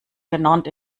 genannt